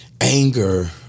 anger